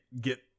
get